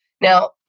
now